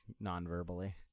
non-verbally